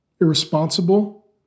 irresponsible